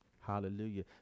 Hallelujah